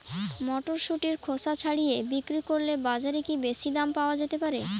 মটরশুটির খোসা ছাড়িয়ে বিক্রি করলে বাজারে কী বেশী দাম পাওয়া যেতে পারে?